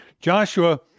Joshua